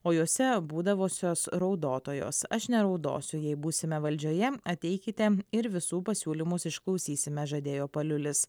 o jose būdavusios raudotojos aš neraudosiu jei būsime valdžioje ateikite ir visų pasiūlymus išklausysime žadėjo paliulis